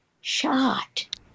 shot